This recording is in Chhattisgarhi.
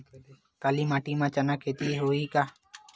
काली माटी म चना के खेती होही का?